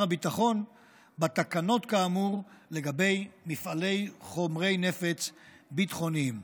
הביטחון בתקנות כאמור לגבי מפעלי חומרי נפץ ביטחוניים.